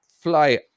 fly